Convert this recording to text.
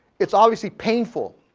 it's obviously painful,